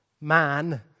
man